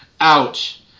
Ouch